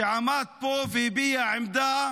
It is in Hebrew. שעמד פה והביע עמדה